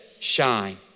shine